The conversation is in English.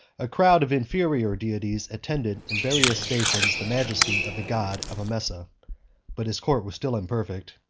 a crowd of inferior deities attended in various stations the majesty of the god of emesa but his court was still imperfect,